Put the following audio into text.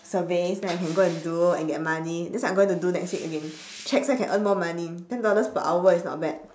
surveys then I can go and do and get money that's what I'm going to do next week again check so I can earn more money ten dollars per hour is not bad